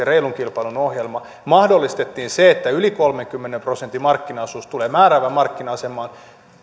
reilun kilpailun ohjelma mahdollistettiin se että yli kolmenkymmenen prosentin markkinaosuus tulee määräävään markkina asemaan